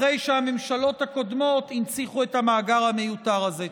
אחרי שהממשלות הקודמות הנציחו את המאגר המיותר הזה.